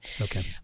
Okay